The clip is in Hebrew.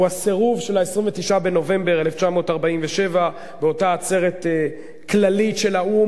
הוא הסירוב של ה-29 בנובמבר 1947 באותה עצרת כללית של האו"ם,